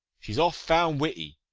she s oft found witty,